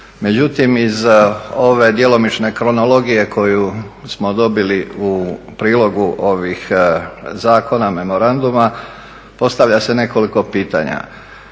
Međutim, iz ove djelomične kronologije koju smo dobili u prilogu ovih zakona, memoranduma postavlja se nekoliko pitanja